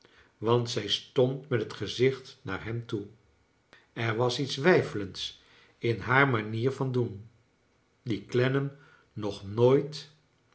want zij stond met het gezicht naar hem toe er was iets weifelends in haar manier van doen die clennam nog nooit